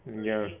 ya